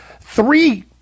three